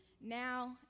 now